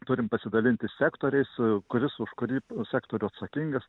turim pasidalinti sektoriais kuris už kurį sektorių atsakingas